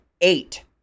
eight